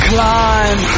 Climb